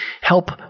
help